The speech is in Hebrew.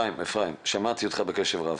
שמעתי אותך בקשב רב.